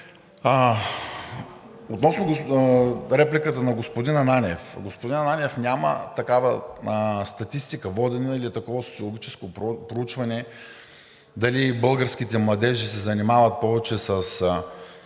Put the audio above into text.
Относно репликата на господин Ананиев. Господин Ананиев, няма водена такава статистика или такова социологическо проучване дали българските младежи се занимават повече с